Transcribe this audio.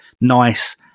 nice